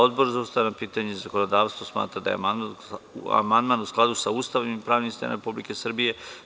Odbor za ustavna pitanja i zakonodavstvo smatra da je amandman u skladu sa Ustavom i pravnim sistemom Republike Srbije.